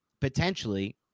potentially